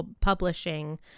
publishing